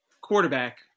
quarterback